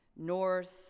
north